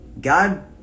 God